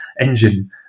engine